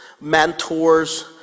Mentors